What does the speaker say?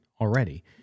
already